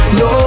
no